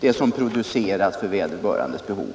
det som produceras för vederbörandes behov.